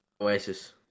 Oasis